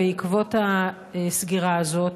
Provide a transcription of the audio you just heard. בעקבות הסגירה הזאת,